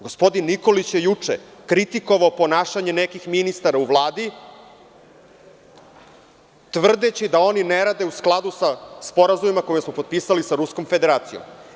Gospodin Nikolić je juče kritikovao ponašanje nekih ministara u Vladi tvrdeći da oni ne rade u skladu sa sporazumima koje smo potpisali sa Ruskom Federacijom.